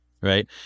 Right